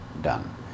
done